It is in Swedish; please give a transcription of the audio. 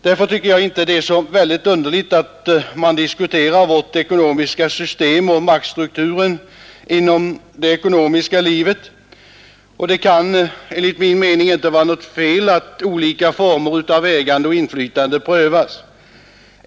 Jag tycker därför inte att det är så underligt att man diskuterar vårt ekonomiska system och maktstrukturen inom det ekonomiska livet, och det kan inte vara något fel att olika former av ägande och inflytande prövas.